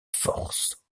force